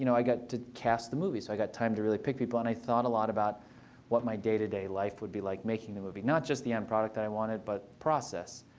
you know i got to cast the movie. so i got time to really pick people. and i thought a lot about what my day-to-day life would be like making the movie. not just the end product that i wanted, but process.